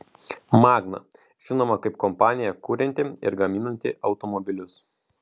magna žinoma kaip kompanija kurianti ir gaminanti automobilius